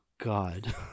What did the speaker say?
God